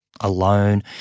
alone